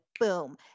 boom